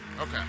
Okay